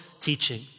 teaching